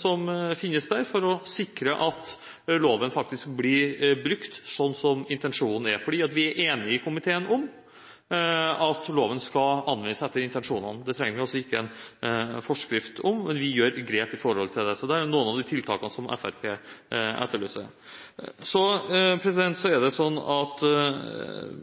som finnes der for å sikre at loven faktisk blir brukt slik som intensjonen er, fordi vi i komiteen er enige om at loven skal anvendes etter intensjonene. Det trenger vi ikke en forskrift om, men vi tar grep med tanke på det. Det er noen av de tiltakene som Fremskrittspartiet etterlyser.